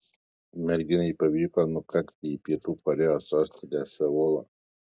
merginai pavyko nukakti į pietų korėjos sostinę seulą